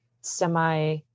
semi-